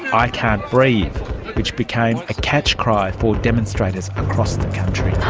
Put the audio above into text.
i can't breathe which became a catch cry for demonstrators across the country.